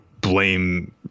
blame